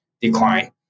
decline